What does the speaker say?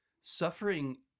Suffering